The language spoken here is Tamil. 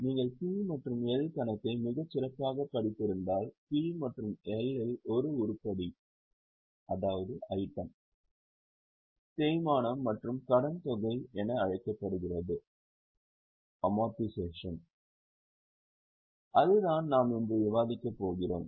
நீங்கள் P மற்றும் L கணக்கை மிகச்சிறப்பாகப் படித்திருந்தால் P மற்றும் L இல் ஒரு உருப்படி தேய்மானம் மற்றும் கடன்தொகை என அழைக்கப்படுகிறது அதுதான் நாம் இன்று விவாதிக்கப் போகிறோம்